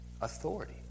authority